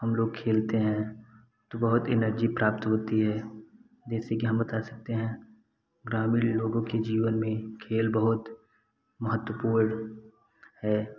हम लोग खेलते हैं तो बहुत इनर्जी प्राप्त होती है जैसे कि हम बता सकते हैं ग्रामीण लोगों के जीवन में खेल बहुत महत्वपूर्ण है